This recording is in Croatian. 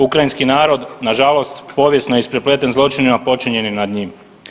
Ukrajinski narod nažalost povijesno isprepleten zločinima počinjenim nad njim.